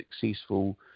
successful